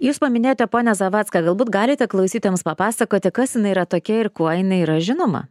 jūs paminėjote ponią zavadską galbūt galite klausytojams papasakoti kas jinai yra tokia ir kuo jinai yra žinoma